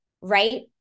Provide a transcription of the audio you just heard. right